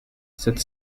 sept